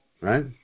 right